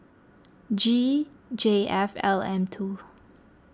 G J F L M two